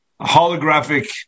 holographic